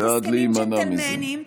ואני בעד להימנע מזה.